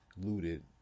looted